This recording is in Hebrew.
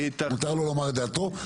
מותר לו לומר את דעתו,